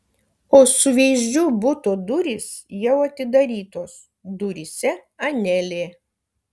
o suveizdžių buto durys jau atidarytos duryse anelė